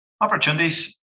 Opportunities